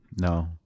No